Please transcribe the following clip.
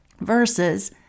versus